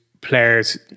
players